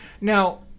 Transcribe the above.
Now